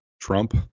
trump